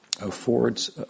affords